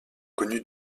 connus